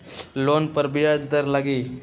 Loan पर ब्याज दर लगी?